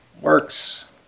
Works